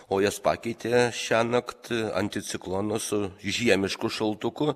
o jas pakeitė šiąnakt anticiklonas su žiemišku šaltuku